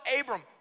Abram